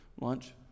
Lunch